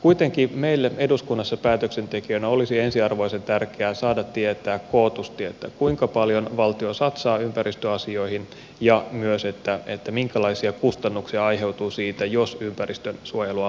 kuitenkin meille eduskunnassa päätöksentekijöinä olisi ensiarvoisen tärkeää saada tietää kootusti kuinka paljon valtio satsaa ympäristöasioihin ja myös minkälaisia kustannuksia aiheutuu siitä jos ympäristönsuojelua laiminlyödään